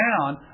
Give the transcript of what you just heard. down